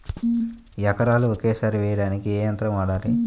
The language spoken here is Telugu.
ఎకరాలు ఒకేసారి వేయడానికి ఏ యంత్రం వాడాలి?